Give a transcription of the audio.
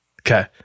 Okay